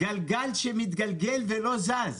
גלגל שמתגלגל ולא זז.